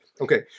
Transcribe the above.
Okay